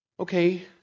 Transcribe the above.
Okay